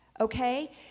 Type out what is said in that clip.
okay